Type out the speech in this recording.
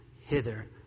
hither